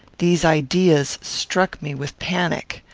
these ideas struck me with panic.